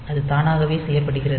அது தானாகவே செய்யப்படுகிறது